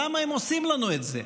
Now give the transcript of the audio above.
למה הם עושים לנו את זה?